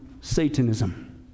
satanism